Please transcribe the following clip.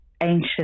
ancient